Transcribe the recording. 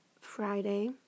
Friday